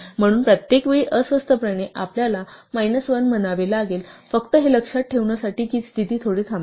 म्हणून प्रत्येक वेळी अस्वस्थपणे आपल्याला मायनस 1 म्हणावे लागेल फक्त हे लक्षात ठेवण्यासाठी की स्थिती थोडी थांबते